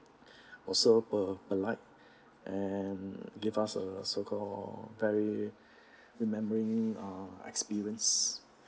also po~ polite and give us a circle or very remembering our experience